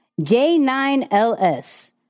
J9LS